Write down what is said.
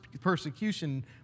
persecution